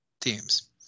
teams